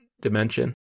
dimension